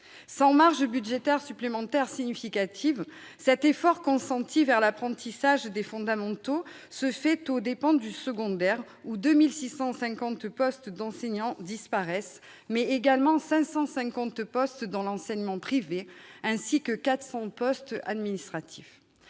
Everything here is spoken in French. Sans marges budgétaires supplémentaires significatives, cet effort consenti vers l'apprentissage des fondamentaux se fait aux dépens du secondaire, où 2 650 postes d'enseignants disparaissent, tout comme 550 postes dans l'enseignement privé et 400 postes administratifs.